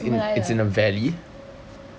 什么来的